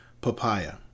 Papaya